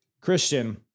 Christian